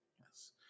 yes